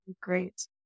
Great